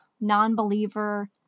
non-believer